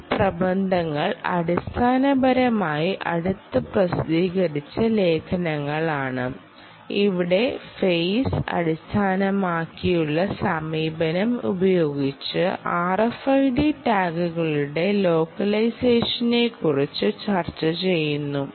ഈ പ്രബന്ധങ്ങൾ അടിസ്ഥാനപരമായി അടുത്തിടെ പ്രസിദ്ധീകരിച്ച ലേഖനങ്ങളാണ് അവിടെ ഫെയ്സ് അടിസ്ഥാനമാക്കിയുള്ള സമീപനം ഉപയോഗിച്ച് RFID ടാഗുകളുടെ ലോക്കലൈസേഷനെക്കുറിച്ച് ചർച്ചചെയ്യുന്നു